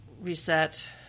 reset